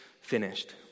finished